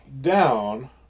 down